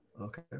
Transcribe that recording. Okay